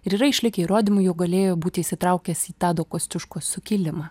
ir yra išlikę įrodymų jog galėjo būti įsitraukęs į tado kosciuškos sukilimą